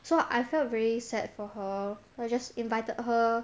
so I felt very sad for her so I just invited her